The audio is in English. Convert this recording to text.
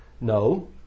no